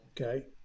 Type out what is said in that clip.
Okay